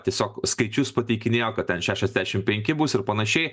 tiesiog skaičius pateikinėjo kad ten šešiasdešim penki bus ir panašiai